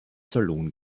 salon